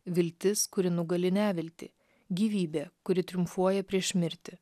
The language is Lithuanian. viltis kuri nugali neviltį gyvybė kuri triumfuoja prieš mirtį